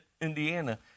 Indiana